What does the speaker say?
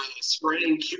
spreading